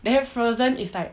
then frozen is like